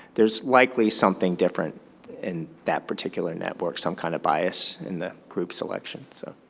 there's likely something different in that particular network, some kind of bias in the group selection. so